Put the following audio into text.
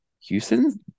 Houston